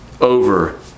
over